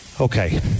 Okay